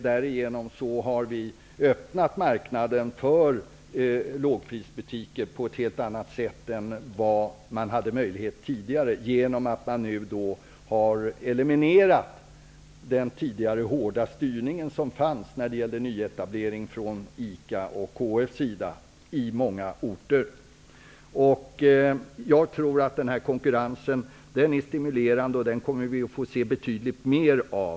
Därigenom har vi öppnat marknaden för lågprisbutiker på ett helt annat sätt än vad som tidigare hade varit möjligt. Man har eliminerat den tidigare hårda styrningen från ICA:s och KF:s sida när det gäller nyetablering på många orter. Jag tror att konkurrensen är stimulerande, och den kommer vi att få se betydligt mer av.